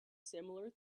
similar